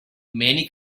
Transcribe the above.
many